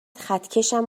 خطکشم